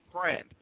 friend